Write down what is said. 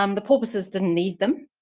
um the porpoises didn't need them,